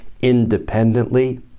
independently